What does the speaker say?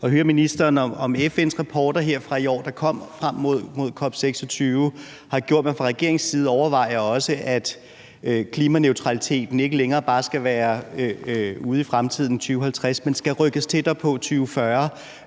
høre ministeren, om FN's rapporter fra i år, der kom frem mod COP26, har gjort, at man fra regeringens side også overvejer, at klimaneutraliteten ikke længere bare skal være ude i fremtiden, i 2050, men skal rykkes tættere på, til 2040.